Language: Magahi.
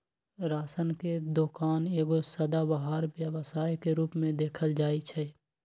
राशन के दोकान एगो सदाबहार व्यवसाय के रूप में देखल जाइ छइ